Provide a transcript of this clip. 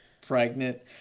pregnant